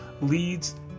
leads